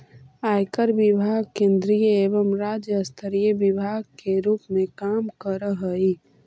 आयकर विभाग केंद्रीय एवं राज्य स्तरीय विभाग के रूप में काम करऽ हई